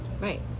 right